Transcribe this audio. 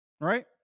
Right